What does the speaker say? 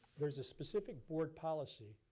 there's a specific board policy,